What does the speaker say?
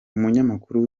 umunyamakuru